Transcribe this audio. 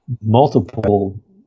multiple